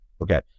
okay